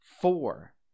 four